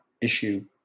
issue